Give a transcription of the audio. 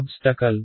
obstacle